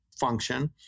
function